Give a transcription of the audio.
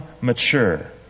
mature